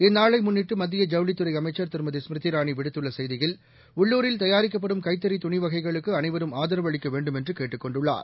இந்நாளைமுன்னிட்டுமத்திய ஸ்மிருதி ஐவுளித் துறைஅமைச்சர் திருமதி இரானிவிடுத்துள்ளசெய்தியில் உள்ளூரில் தயாரிக்கப்படும் கைத்தறிதுணிவகைகளுக்குஅனைவரும் ஆதரவு அளிக்கவேண்டும் என்றுகேட்டுக் கொண்டுள்ளார்